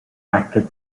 acted